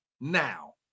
now